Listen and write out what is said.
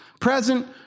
present